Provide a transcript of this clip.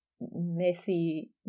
messy